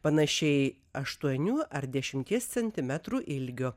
panašiai aštuonių ar dešimties centimetrų ilgio